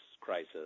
crisis